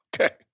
okay